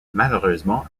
malheureusement